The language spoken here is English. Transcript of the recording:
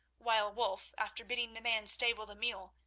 while wulf, after bidding the man stable the mule,